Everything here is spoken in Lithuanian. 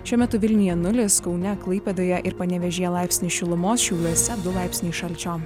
šiuo metu vilniuje nulis kaune klaipėdoje ir panevėžyje laipsnį šilumos šiauliuose du laipsniai šalčio